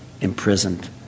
imprisoned